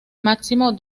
máximo